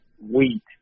wheat